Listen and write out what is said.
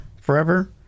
forever